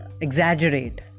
exaggerate